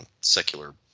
secular